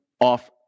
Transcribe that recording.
off